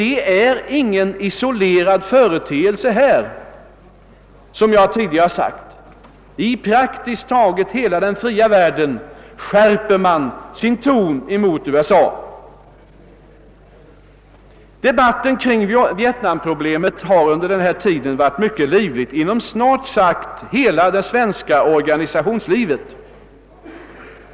Det är ingen isolerad företeelse som jag tidigare antytt, utan i praktiskt taget hela den fria världen skärps tonen mot USA. Debatten om vietnamproblemet har under denna tid varit mycket livlig inom snart sagt hela det svenska organisationslivet.